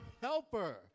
helper